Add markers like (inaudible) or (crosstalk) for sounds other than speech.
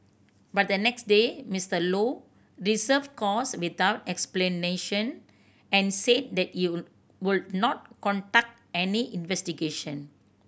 but the next day Mister Low (unintelligible) course without explanation and said that he (unintelligible) would not conduct any investigation